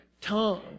tongue